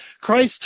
Christ